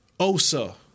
Osa